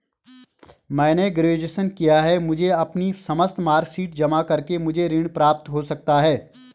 मैंने ग्रेजुएशन किया है मुझे अपनी समस्त मार्कशीट जमा करके मुझे ऋण प्राप्त हो सकता है?